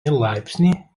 laipsnį